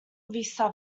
vista